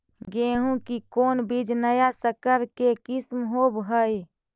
गेहू की कोन बीज नया सकर के किस्म होब हय?